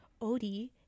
Odie